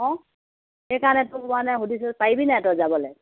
অঁ সেইকাৰণেতো তোক মানে সুধিছোঁ পাৰিবিনে নাই তই যাবলৈ